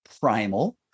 primal